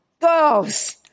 girls